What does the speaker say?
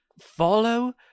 follow